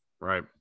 right